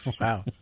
Wow